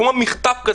כמו במחטף.